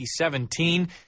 2017